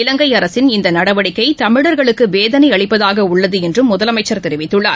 இலங்கை அரசின் இந்த நடவடிக்கை தமிழா்களுக்கு வேதனை அளிப்பதாக உள்ளது என்றும் முதலமைச்சர் தெரிவித்துள்ளார்